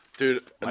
Dude